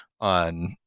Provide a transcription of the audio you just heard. on